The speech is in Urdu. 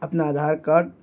اپنا آدھار کارڈ